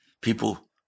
People